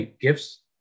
gifts